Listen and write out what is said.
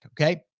Okay